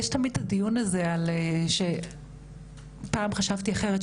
יש תמיד את הדיון הזה ופעם חשבתי אחרת,